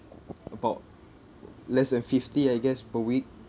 about less than fifty I guess per week